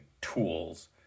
tools